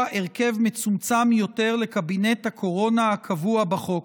הרכב מצומצם יותר לקבינט הקורונה הקבוע בחוק.